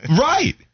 Right